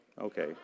Okay